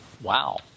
wow